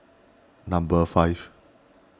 number five